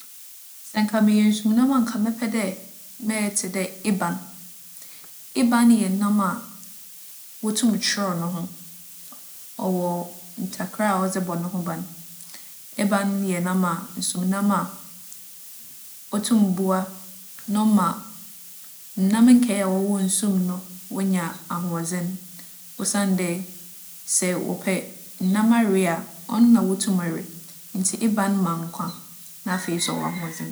Sɛ nka meyɛ nsu mu nam a nka mɛpɛ dɛ mɛyɛ tse dɛ eban. Eban yɛ nam a wotum kyerɛw no ho. ͻwͻ ntakra a ͻdze bͻ no ho ban. Eban yɛ nam a - nsu mu nam a otum boa na ͻma nam nkaa a wͻwͻ nsu mu no wonya ahoͻdzen osiandɛ sɛ wͻpɛ nam awe a, ͻno na wotum we. Ntsi eban ma nkwa na afei so ͻwͻ ahoͻdzen.